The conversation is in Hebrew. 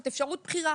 זאת אפשרות בחירה.